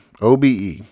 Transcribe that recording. OBE